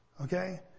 Okay